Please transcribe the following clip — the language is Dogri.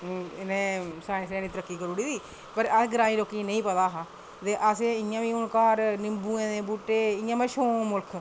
इ'नें साईंस नै इन्नी तरक्की करी ओड़ी पर अस ग्रांईं लोकें गी नेईं पता हा ते असें इं'या बी हून घर निंबुऐं दे बूह्टे इं'या मतलब शौक मुल्ख